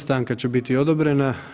Stanka će biti odobrena.